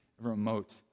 remote